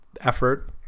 effort